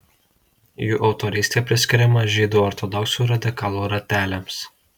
jų autorystė priskiriama žydų ortodoksų radikalų rateliams